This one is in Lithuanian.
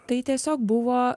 tai tiesiog buvo